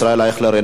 ישראל אייכלר,